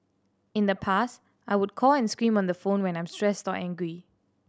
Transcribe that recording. in the past I would call and scream on the phone when I'm stressed or angry